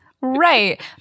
Right